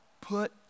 put